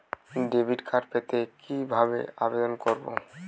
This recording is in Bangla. ডেবিট কার্ড পেতে কি ভাবে আবেদন করব?